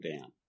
down